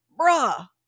bruh